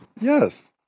yes